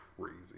crazy